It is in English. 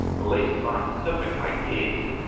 less scientific, i guess,